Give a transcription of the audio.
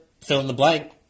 fill-in-the-blank